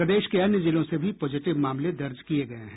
प्रदेश के अन्य जिलों से भी पॉजिटिव मामले दर्ज किये गये हैं